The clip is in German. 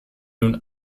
nun